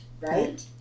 right